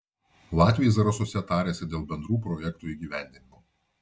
latviai zarasuose tarėsi dėl bendrų projektų įgyvendinimo